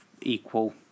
equal